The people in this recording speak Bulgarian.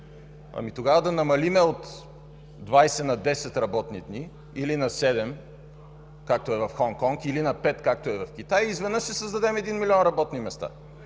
тогава да намалим от 20 на 10 работни дни или на седем, както е в Хонконг, или на пет, както е в Китай и изведнъж да създадем един милион работни места.